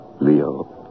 Leo